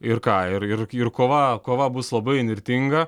ir ką ir ir ir kova kova bus labai įnirtinga